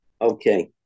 Okay